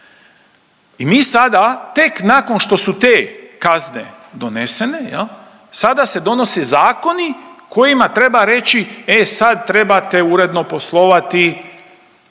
i mi sada tek nakon što su te kazne donesene, sada se donose zakoni kojima treba reći, e sad trebate uredno poslovati